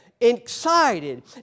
excited